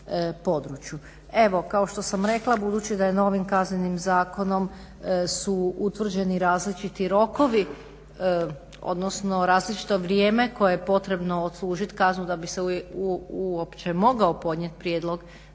Evo kao što sam rekla budući da je novim Kaznenim zakonom su utvrđeni različiti rokovi, odnosno različito vrijeme koje je potrebno odslužiti kaznu da bi se uopće mogao podnijeti prijedlog